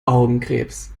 augenkrebs